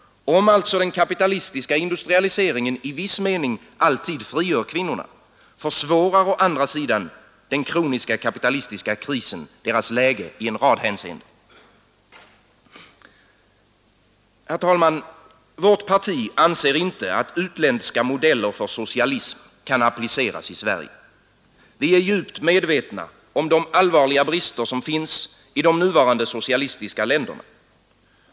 Om alltså den kapitalistiska industrialiseringen i viss mening alltid frigör kvinnorna, försvårar å andra sidan den kroniska kapitalistiska krisen deras läge i en rad hänseenden. Herr talman! Vårt parti anser inte att utländska modeller för socialism kan appliceras i Sverige. Vi är djupt medvetna om de allvarliga brister som finns i de nuvarande socialistiska länderna.